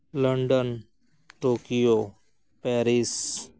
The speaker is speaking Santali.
London Tokyo Paris